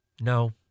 No